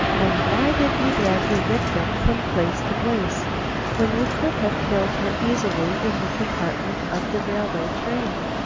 and why did you drag your victim from place to place when you could have killed her easily in the compartment of the railway train?